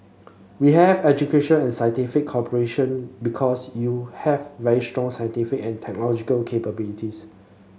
we have education and scientific cooperation because you have very strong scientific and technological capabilities